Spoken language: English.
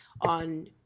on